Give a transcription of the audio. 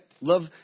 Love